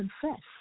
confess